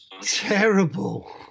Terrible